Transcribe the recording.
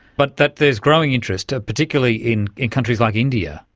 but that there is growing interest, ah particularly in in countries like india?